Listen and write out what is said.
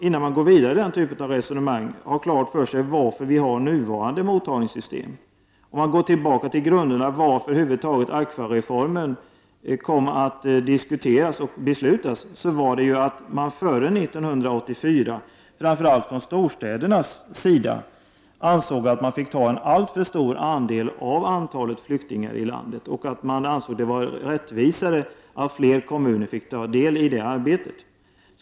Innan man går vidare i den typen av resonemang skall man kanske ha klart för sig varför vi har nuvarande mottagningssystem, varför, om man går tillbaka till grunderna, AGFA-reformen över huvud taget kom att diskuteras och genomföras. Anledningen var att man före 1984 framför allt i storstäderna ansåg att man fick ta emot en alltför stor andel av antalet flyktingar i landet och att man ansåg det vara rättvisare att fler kommuner fick ta del i det arbetet.